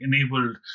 enabled